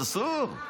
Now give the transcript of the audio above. אסור,